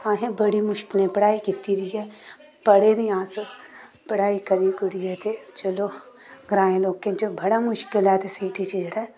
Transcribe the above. असें बड़ी मुश्कलें पढ़ाई कीती दी ऐ पढ़े दे आं अस पढ़ाई करी कुरियै ते चलो ग्राएं लोकें च बड़ा मुश्कल ऐ ते सिटी च जेह्ड़ा